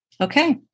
Okay